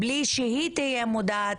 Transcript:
בלי שהיא תהיה מודעת,